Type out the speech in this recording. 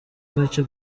agace